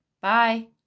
Bye